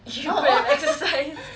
oh oh